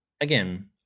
Again